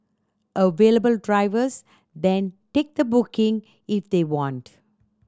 available drivers then take the booking if they want